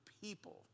people